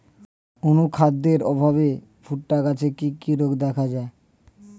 অনুখাদ্যের অভাবে ভুট্টা গাছে কি কি রোগ দেখা যায়?